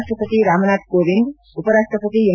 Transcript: ರಾಷ್ಷಪತಿ ರಾಮನಾಥ್ ಕೋವಿಂದ್ ಉಪರಾಷ್ಷಪತಿ ಎಂ